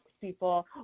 people